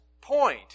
point